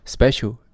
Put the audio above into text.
Special